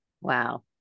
Wow